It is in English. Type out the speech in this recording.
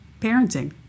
parenting